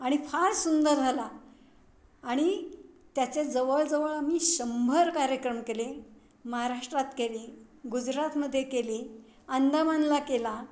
आणि फार सुंदर झाला आणि त्याचे जवळजवळ आम्ही शंभर कार्यक्रम केले महाराष्ट्रात केले गुजरातमध्ये केले अंदामानला केला